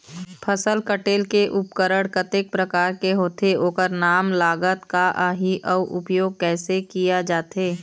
फसल कटेल के उपकरण कतेक प्रकार के होथे ओकर नाम लागत का आही अउ उपयोग कैसे किया जाथे?